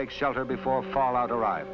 take shelter before a fall out arrive